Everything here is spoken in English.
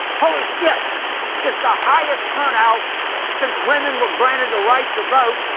holy shit is the highest turnout since women were granted the right to vote.